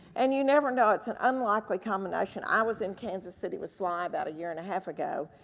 and you never know, it's an unlikely combination. i was in kansas city with sly about a year and a half ago.